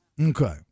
Okay